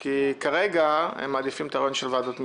כי כרגע הם מעדיפים את הרעיון של ועדות מיוחדות.